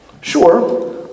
Sure